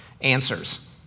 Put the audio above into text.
answers